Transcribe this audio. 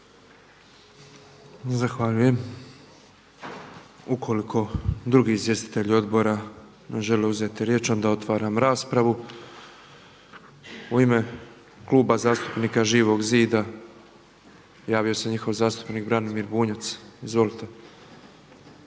Hvala. Ukoliko drugi izvjestitelji odbora ne žele uzeti riječ onda otvaram raspravu. U ime Kluba zastupnika Živog zida javio se njihov zastupnik Branimir Bunjac. Izvolite.